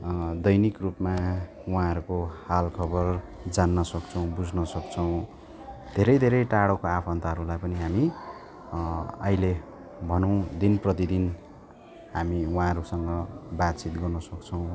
दैनिक रूपमा उहाँहरूको हालखबर जान्न सक्छौँ बुझ्न सक्छौँ धेरै धेरै टाढोको आफन्तहरूलाई पनि हामी अहिले भनौैँ दिन प्रतिदिन हामी उहाँहरूसँग बातचित गर्न सक्छौँ